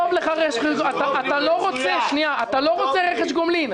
שר התחבורה והבטיחות בדרכים בצלאל סמוטריץ': לא טוב לך רכש גומלין.